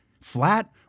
flat